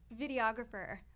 videographer